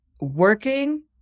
working